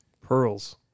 Pearls